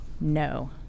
no